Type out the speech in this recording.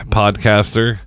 podcaster